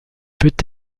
peut